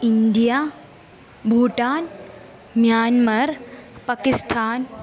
India Bhutan Myanmar Pakistan